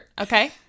Okay